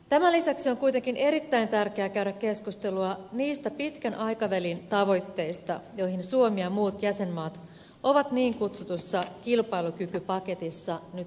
tämän lisäksi on kuitenkin erittäin tärkeää käydä keskustelua niistä pitkän aikavälin tavoitteista joihin suomi ja muut jäsenmaat ovat niin kutsutussa kilpailukykypaketissa nyt sitoutumassa